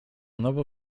nowo